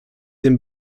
dem